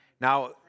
Now